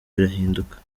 birahinduka